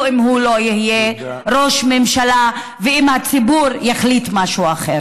אם הוא לא יהיה ראש ממשלה ואם הציבור יחליט משהו אחר.